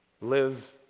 live